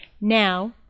Now